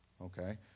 Okay